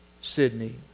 Sydney